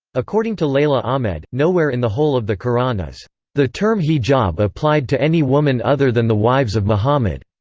according to leila ahmed, nowhere in the whole of the quran is the term hijab applied to any woman other than the wives of muhammad.